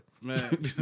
Man